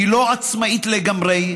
היא לא עצמאית לגמרי,